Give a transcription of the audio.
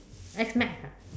X max ah